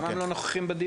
למה הם לא נוכחים בדיון?